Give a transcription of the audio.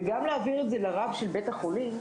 וגם להבהיר את זה לרב של בית החולים,